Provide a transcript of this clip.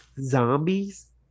Zombies